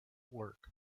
work